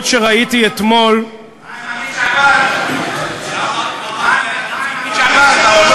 מה עם משפחת נהג המונית?